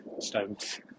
stones